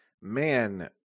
man